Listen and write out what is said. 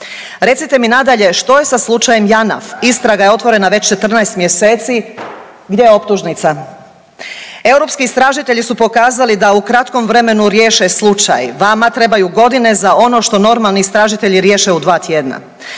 Recite mi nadalje što je sa slučajem Janaf, istraga je otvorena već 14 mjeseci, gdje je optužnica? Europski istražitelji su pokazali da u kratkom vremenu riješe slučaj, vama trebaju godine za ono što normalni istražitelji riješe u dva tjedna.